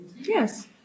Yes